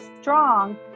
strong